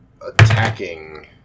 attacking